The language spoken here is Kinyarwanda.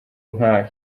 nka